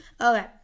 Okay